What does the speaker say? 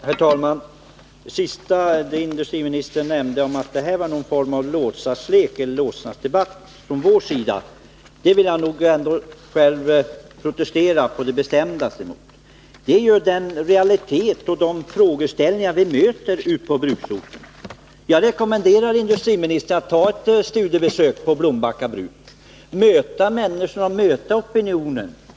Herr talman! Det sista industriministern nämnde, att det här var någon form av låtsaslek eller låtsasdebatt från vår sida, vill jag på det bestämdaste protestera mot. Det är fråga om realiteter de frågeställningar vi möter ute på bruksorter. Jag rekommenderar industriministern att göra ett studiebesök på Blombacka bruk, möta människorna, möta opinionen.